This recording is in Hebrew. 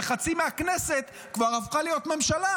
כשחצי מהכנסת כבר הפכה להיות ממשלה.